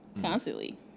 constantly